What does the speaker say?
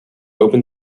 open